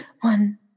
one